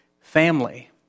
family